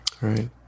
Right